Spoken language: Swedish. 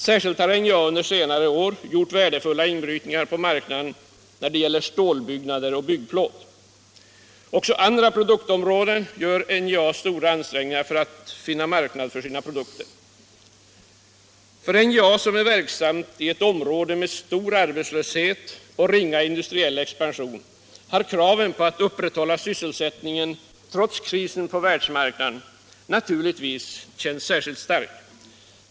Särskilt har NJA under senare år gjort värdefulla inbrytningar på marknaden när det gäller stålbyggnader och byggplåt. Också på andra produktområden gör NJA stora ansträngningar för att finna marknad för sina produkter. För NJA, som är verksamt inom ett område med stor arbetslöshet och ringa industriell expansion, har kraven på att upprätthålla sysselsättningen trots krisen på världsmarknaden naturligtvis känts särskilt starka.